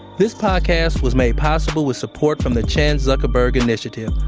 this podcast was made possible with support from the chan zuckerberg initiative,